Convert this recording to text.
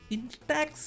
Intax